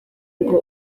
ngo